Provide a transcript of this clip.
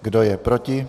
Kdo je proti?